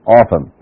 often